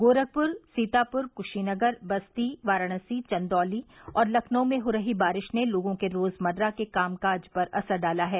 गोरखपुर सीतापुर कुशीनगर बस्ती वाराणसी चंदौली और लखनऊ में हो रही बारिश ने लोगों के रोजमर्रा के कामकाज पर असर डाला है